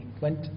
went